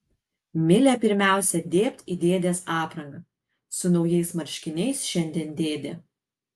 milė pirmiausia dėbt į dėdės aprangą su naujais marškiniais šiandien dėdė